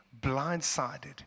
blindsided